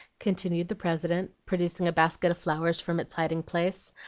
continued the president, producing a basket of flowers from its hiding-place,